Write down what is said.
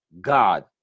God